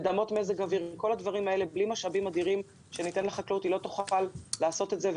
כל הדברים האלה לא יוכלו להיעשות בלי משאבים אדירים שיינתנו לחקלאות.